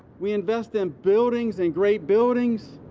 we invest in buildings and great buildings.